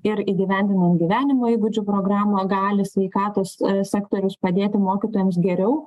ir įgyvendinan gyvenimo įgūdžių programą gali sveikatos sektorius padėti mokytojams geriau